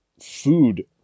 food